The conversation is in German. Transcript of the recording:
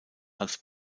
als